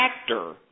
factor